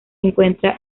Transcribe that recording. encuentra